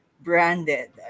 branded